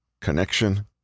connection